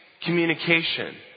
communication